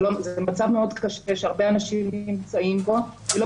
זה מצב מאוד קשה שהרבה אנשים נמצאים בו ולא